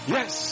Yes